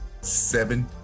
seven